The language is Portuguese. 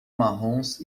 marrons